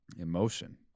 emotion